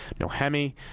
Nohemi